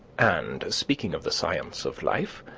and, speaking of the science of life,